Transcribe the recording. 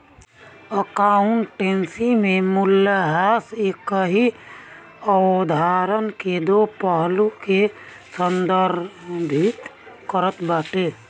accountancy में मूल्यह्रास एकही अवधारणा के दो पहलू के संदर्भित करत बाटे